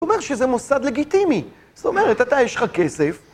הוא אומר שזה מוסד לגיטימי, זאת אומרת, אתה, יש לך כסף.